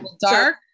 dark